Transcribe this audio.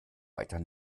weiter